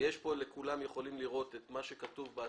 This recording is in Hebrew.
וכולם יכולים לראות את מה שכתוב בהצעה,